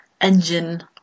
engine